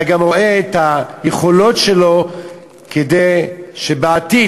אתה גם רואה את היכולות שלו כדי שבעתיד,